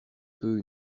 peu